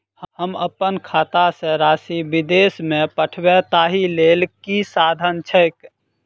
हम अप्पन खाता सँ राशि विदेश मे पठवै ताहि लेल की साधन छैक?